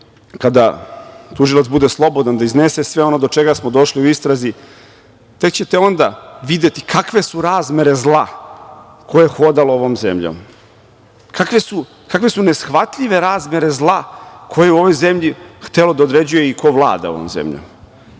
kada tužilac bude slobodan da iznese sve ono do čega smo došli u istrazi, tek ćete onda videti kakve su razmere zla koje je hodalo ovom zemljom, kakve su neshvatljive razmere zla koje je u ovoj zemlji htelo da određuje i ko vlada ovom zemljo,